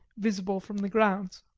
visible from the grounds.